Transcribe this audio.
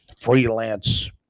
freelance